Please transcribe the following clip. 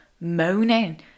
moaning